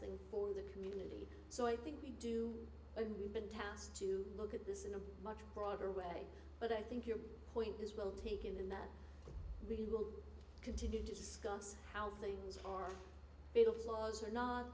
thing for the community so i think we do and we've been tasked to look at this in a much broader way but i think your point is well taken and that we will continue to discuss how things are built flaws or not